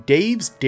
Dave's